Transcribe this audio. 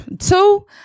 Two